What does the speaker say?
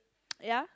ya